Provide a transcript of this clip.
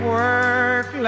work